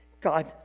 God